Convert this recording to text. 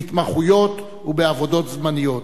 בהתמחויות ובעבודות זמניות.